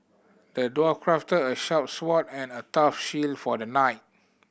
the dwarf crafted a sharp sword and a tough shield for the knight